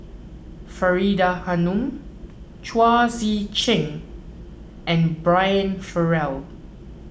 Faridah Hanum Chao Tzee Cheng and Brian Farrell